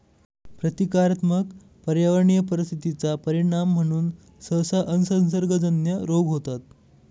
प्रतीकात्मक पर्यावरणीय परिस्थिती चा परिणाम म्हणून सहसा असंसर्गजन्य रोग होतात